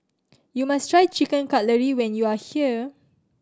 you must try Chicken Cutlet when you are here